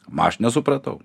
ma aš nesupratau